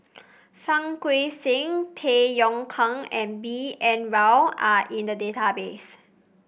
Fang Guixiang Tay Yong Kwang and B N Rao are in the database